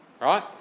right